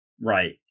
Right